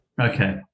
Okay